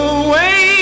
away